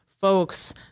folks